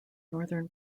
northern